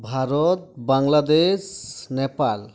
Bharat Bangladesh Nepal